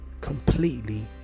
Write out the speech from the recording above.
completely